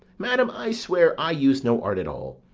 madam, i swear i use no art at all.